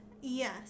Yes